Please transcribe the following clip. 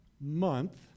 month